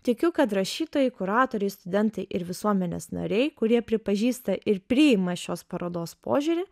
tikiu kad rašytojai kuratoriai studentai ir visuomenės nariai kurie pripažįsta ir priima šios parodos požiūrį